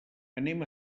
anem